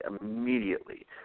immediately